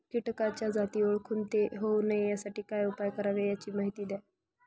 किटकाच्या जाती ओळखून ते होऊ नये यासाठी काय उपाय करावे याची माहिती द्या